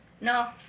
no